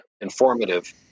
informative